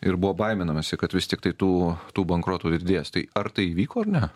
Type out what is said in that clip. ir buvo baiminamasi kad vis tiktai tų tų bankrotų didės tai ar tai įvyko ar ne